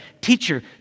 Teacher